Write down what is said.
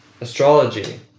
astrology